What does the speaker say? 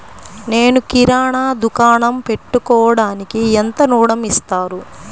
నేను కిరాణా దుకాణం పెట్టుకోడానికి ఎంత ఋణం ఇస్తారు?